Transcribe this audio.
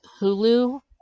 Hulu